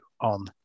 on